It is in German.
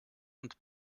und